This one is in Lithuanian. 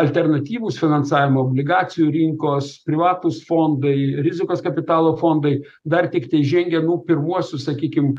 alternatyvūs finansavimo obligacijų rinkos privatūs fondai rizikos kapitalo fondai dar tiktai žengia nu pirmuosius sakykim